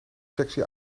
sexy